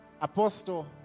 Apostle